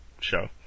show